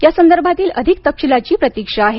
यासंदर्भातील अधिक तपशिलाची प्रतीक्षा आहे